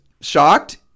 shocked